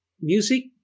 Music